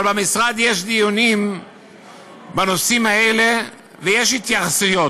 במשרד יש דיונים בנושאים האלה ויש התייחסויות.